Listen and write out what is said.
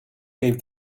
gave